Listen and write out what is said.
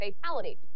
fatality